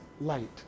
light